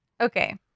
Okay